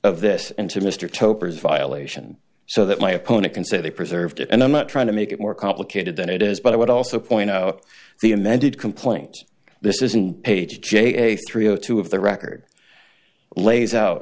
of this and to mr topers violation so that my opponent can say they preserved it and i'm not trying to make it more complicated than it is but i would also point out the amended complaint this isn't page j a three zero two of the record lays out